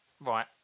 Right